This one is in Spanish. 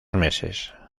meses